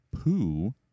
poo